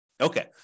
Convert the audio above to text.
Okay